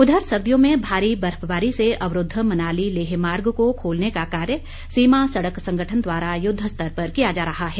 उधर सर्दियों में भारी बर्फबारी से अवरूद्व मनाली लेह मार्ग को खोलने का कार्य सीमा सड़क संगठन द्वारा युद्ध स्तर पर किया जा रहा है